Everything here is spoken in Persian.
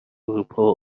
اروپا